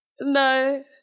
No